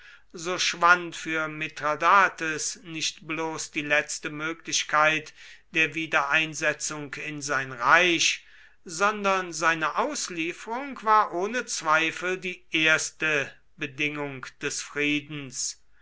so schwand für mithradates nicht bloß die letzte möglichkeit der wiedereinsetzung in sein reich sondern seine auslieferung war ohne zweifel die erste bedingung des friedens